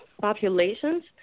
populations